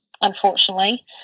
unfortunately